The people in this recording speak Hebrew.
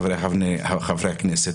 חבריי חברי הכנסת,